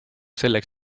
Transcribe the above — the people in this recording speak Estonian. selleks